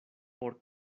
por